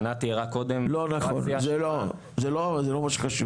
ענת תיארה קודם --- לא נכון, זה לא מה שחשוב.